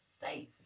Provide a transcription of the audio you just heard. safe